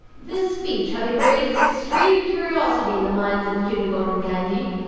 this speech having raised extreme curiosity in the minds of cunegonde and candide,